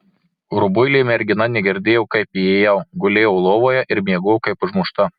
rubuilė mergina negirdėjo kaip įėjau gulėjo lovoje ir miegojo kaip užmušta